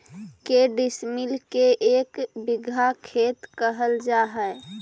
के डिसमिल के एक बिघा खेत कहल जा है?